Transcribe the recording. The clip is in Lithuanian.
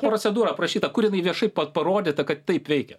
procedūra aprašyta kur jinai viešai pa parodyta kad taip veikia